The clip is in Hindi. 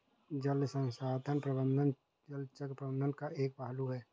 जल संसाधन प्रबंधन जल चक्र प्रबंधन का एक पहलू है